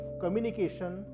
communication